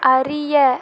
அறிய